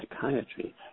Psychiatry